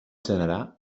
generar